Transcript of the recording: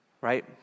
Right